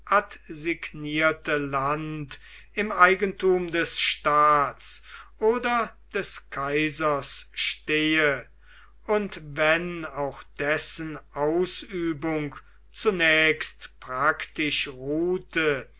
land im eigentum des staats oder des kaisers stehe und wenn auch dessen ausübung zunächst praktisch ruhte